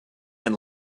and